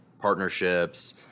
partnerships